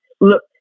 Look